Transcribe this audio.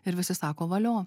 ir visi sako valio